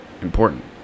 important